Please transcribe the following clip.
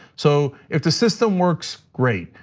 so if the system works, great.